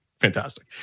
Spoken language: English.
fantastic